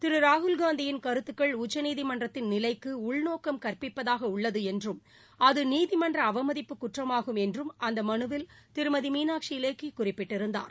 திரு ராகுல்காந்தியின் கருத்துக்கள் உச்சநீதிமன்றத்தின் நிலைக்கு உள்நோக்கம் கற்பிப்பதாக உள்ளது என்றும் அது நீதிமன்ற அவமதிப்பு குற்றமாகும் என்றும் அந்த மனுவில் திருமதி மீனாட்சி லேக்கி குறிப்பிட்டிருந்தார்